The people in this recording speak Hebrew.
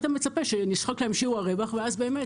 היית מצפה שנשחק להם שיעור הרווח ואז באמת